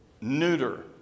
neuter